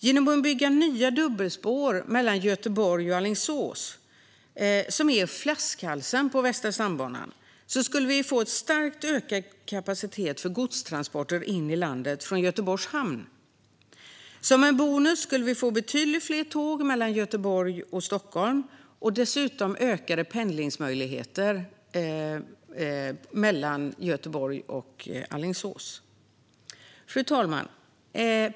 Genom att bygga nya dubbelspår mellan Göteborg och Alingsås, som är flaskhalsen på Västra stambanan, skulle vi få kraftigt ökad kapacitet för godstransporter in i landet från Göteborgs hamn. Som bonus skulle vi få betydligt fler tåg mellan Göteborg och Stockholm och dessutom ökade pendlingsmöjligheter mellan Göteborg och Alingsås. Fru talman!